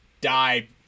die